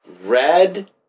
red